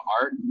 art